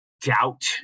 doubt